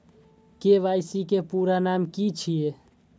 KYC के पूरा नाम की छिय?